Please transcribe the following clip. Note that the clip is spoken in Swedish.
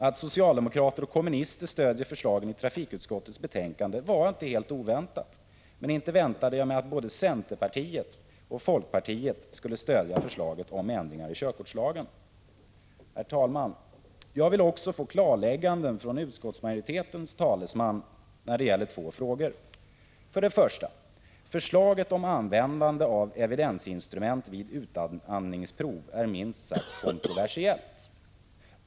Att socialdemokraterna och kommunisterna stödjer förslagen i trafikutskottets betänkande var inte helt oväntat, men inte väntade jag mig att både centerpartiet och folkpartiet skulle stödja förslaget om ändringar i 151 körkortslagen. Herr talman! Jag vill också få klarlägganden från utskottsmajoritetens talesman när det gäller två frågor. För det första: Förslaget om användande av evidensinstrument vid utandningsprov är minst sagt kontroversiellt.